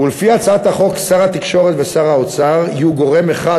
ולפי הצעת החוק שר התקשורת ושר האוצר יהיו גורם אחד,